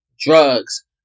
drugs